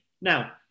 Now